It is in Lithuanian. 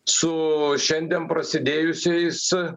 su šiandien prasidėjusiais